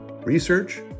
research